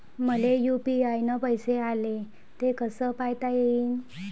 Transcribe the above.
मले यू.पी.आय न पैसे आले, ते कसे पायता येईन?